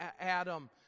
Adam